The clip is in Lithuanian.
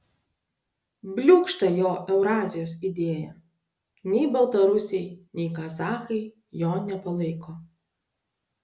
bliūkšta jo eurazijos idėja nei baltarusiai nei kazachai jo nepalaiko